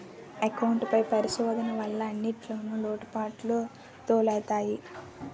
account పై పరిశోధన వల్ల అన్నింటిన్లో లోటుపాటులు తెలుత్తయి